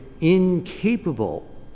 incapable